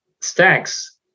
Stacks